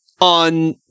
on